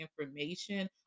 information